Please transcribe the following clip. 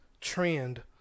trend